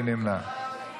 מי נמנע?